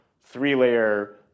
three-layer